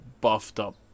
buffed-up